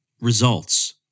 results